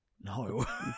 No